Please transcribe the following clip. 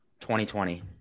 2020